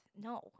no